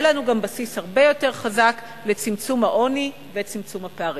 יהיה לנו גם בסיס הרבה יותר חזק לצמצום העוני ולצמצום הפערים.